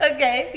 Okay